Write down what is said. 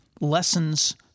lessons